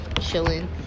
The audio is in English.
chilling